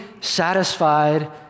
satisfied